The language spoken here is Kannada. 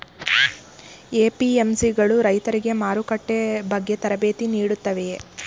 ಎ.ಪಿ.ಎಂ.ಸಿ ಗಳು ರೈತರಿಗೆ ಮಾರುಕಟ್ಟೆ ಬಗ್ಗೆ ತರಬೇತಿ ನೀಡುತ್ತವೆಯೇ?